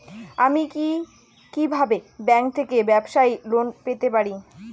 আমি কি কিভাবে ব্যাংক থেকে ব্যবসায়ী লোন পেতে পারি?